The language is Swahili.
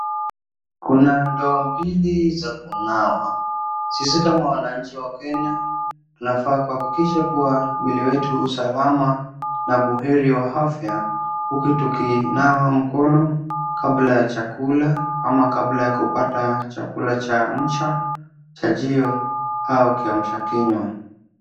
Kuna ndoo mbili za kunawa. Sisi, kama wananchi wa Kenya, tunafaa kuhakikisha kuwa mwili wetu u salama na buheri wa afya huku tukinawa mkono kabla ya chakula ama kabla kupata chakula; chamcha, chajio au kiamusha kinywa.